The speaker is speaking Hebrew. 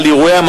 רג'יפ ארדואן,